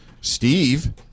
steve